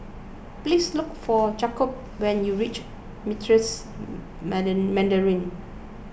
please look for Jakob when you reach Meritus Mandarin